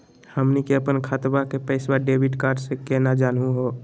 हमनी के अपन खतवा के पैसवा डेबिट कार्ड से केना जानहु हो?